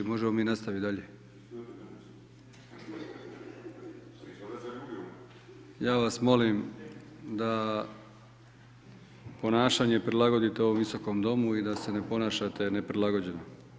Možemo mi nastavit dalje? … [[Upadica Bulj, ne razumije se.]] Ja vas molim da ponašanje prilagodite ovom Visokom domu i da se ne ponašate neprilagođeno.